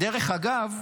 דרך אגב,